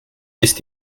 ist